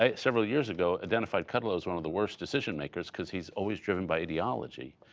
ah several years ago identified kudlow as one of the worst decision-makers, because he's always driven by ideology.